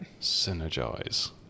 Synergize